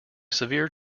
severe